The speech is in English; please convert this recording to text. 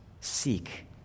Seek